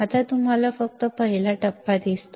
आता तुम्हाला फक्त पहिला टप्पा दिसतो